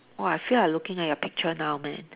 !wah! I feel like looking at your picture now man